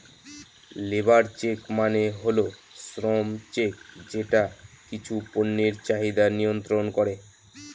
labour check মানে হল শ্রম চেক যেটা কিছু পণ্যের চাহিদা মিয়ন্ত্রন করে